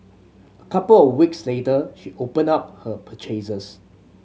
couple of weeks later she opened up her purchases